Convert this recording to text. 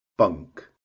Bunk